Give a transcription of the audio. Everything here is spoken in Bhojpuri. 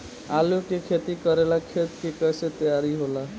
आलू के खेती करेला खेत के कैसे तैयारी होला?